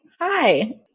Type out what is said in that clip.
Hi